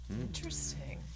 Interesting